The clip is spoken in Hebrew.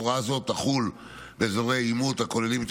הוראה זו תחול באזורי עימות הכוללים את